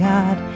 God